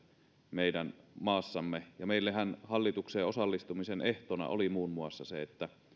meidän maassamme meillehän hallitukseen osallistumisen ehtona oli muun muassa se että